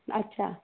अच्छा